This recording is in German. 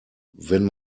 wenn